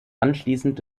anschließend